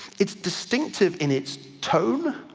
it's distinctive in its tone,